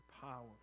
power